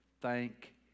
Thank